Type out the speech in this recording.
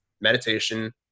meditation